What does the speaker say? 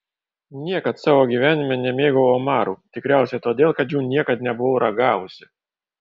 niekad savo gyvenime nemėgau omarų tikriausiai todėl kad jų niekad nebuvau ragavusi